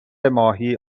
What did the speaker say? ماهی